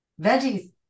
Veggies